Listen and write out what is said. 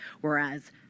whereas